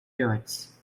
parents